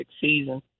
season